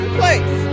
place